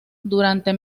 durante